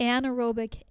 Anaerobic